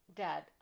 dad